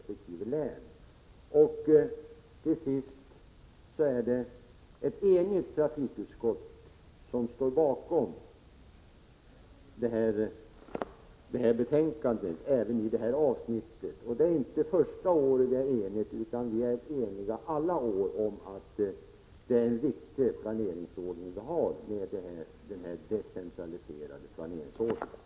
75 Till sist vill jag säga att det är ett enigt trafikutskott som står bakom denna princip. Det är inte första året som vi är eniga härom i utskottet, utan vi har under alla år varit eniga om att denna planeringsordning med en decentraliserad bedömning av medlens användning är den riktiga.